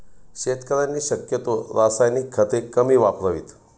शेतकऱ्यांनी शक्यतो रासायनिक खते कमी वापरावीत